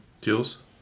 Jules